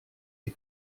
est